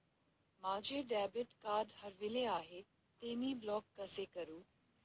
माझे debit card हरविले आहे, ते मी ब्लॉक कसे करु?